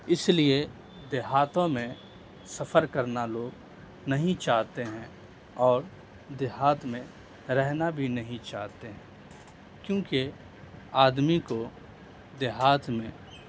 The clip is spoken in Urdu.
اس لیے دیہاتوں میں سفر کرنا لوگ نہیں چاہتے ہیں اور دیہات میں رہنا بھی نہیں چاہتے ہیں کیونکہ آدمی کو دیہات میں